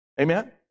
Amen